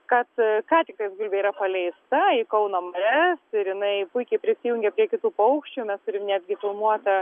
kad ką tiktais gulbė yra paleista į kauno marias ir jinai puikiai prisijungė prie kitų paukščių mes turim netgi filmuotą